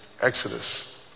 Exodus